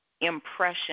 impression